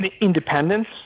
independence